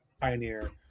Pioneer